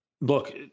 look